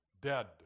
dead